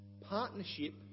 Partnership